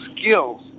skills